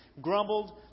grumbled